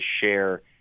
share